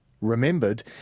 remembered